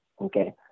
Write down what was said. Okay